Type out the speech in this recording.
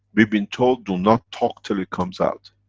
been told, do not talk till it comes out!